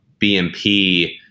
BMP